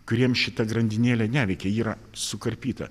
kuriem šita grandinėlė neveikia ji yra sukarpyta